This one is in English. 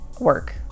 work